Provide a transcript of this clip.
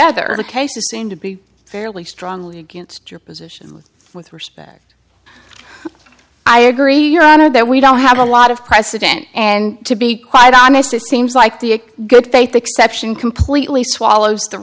other the cases seem to be fairly strongly against your position with respect i agree your honor that we don't have a lot of precedent and to be quite honest it seems like the good faith exception completely swallows the